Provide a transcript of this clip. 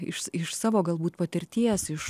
iš iš savo galbūt patirties iš